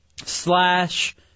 slash